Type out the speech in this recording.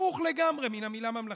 הפוך לגמרי מן המילה "ממלכתי",